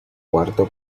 cuarto